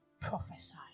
prophesy